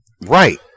Right